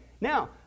Now